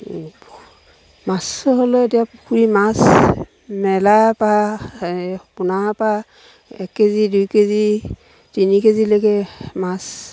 মাছো হ'লেও এতিয়া পুখুৰীৰ মাছ মেলাৰপৰা এই পোনাৰপৰা এক কে জি দুই কে জি তিনি কে জিলৈকে মাছ